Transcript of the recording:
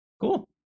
cool